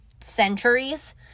centuries